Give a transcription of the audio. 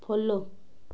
follow